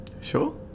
Sure